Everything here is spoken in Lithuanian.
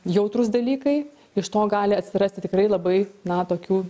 jautrūs dalykai iš to gali atsirasti tikrai labai na tokių